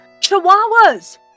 Chihuahuas